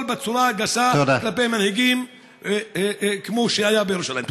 בצורה הגסה כלפי מנהיגים כמו שהיה בירושלים.